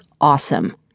awesome